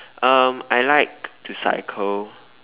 um I like to cycle